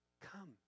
Come